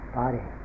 body